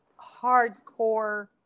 hardcore